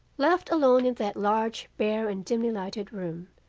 left alone in that large, bare and dimly lighted room,